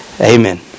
Amen